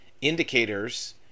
indicators